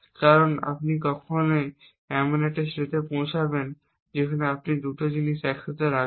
কারণ আপনি কখনই এমন একটি স্টেটে পৌঁছাবেন যেখানে আপনি এই দুটি জিনিস একসাথে রাখবেন